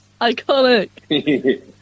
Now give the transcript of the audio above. Iconic